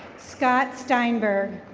scott steinberg.